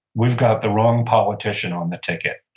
we've got the wrong politician on the ticket.